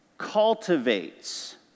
cultivates